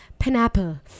pineapple